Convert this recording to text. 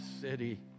city